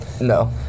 No